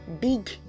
big